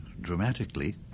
dramatically